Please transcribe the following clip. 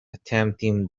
attempting